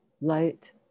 light